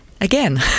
Again